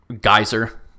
Geyser